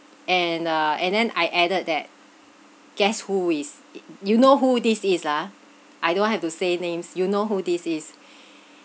and uh and then I added that guess who is you know who this is lah I don't have to say names you know who this is